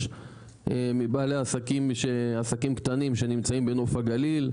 מבעלי עסקים קטנים שנמצאים בנוף הגליל,